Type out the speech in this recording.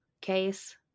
case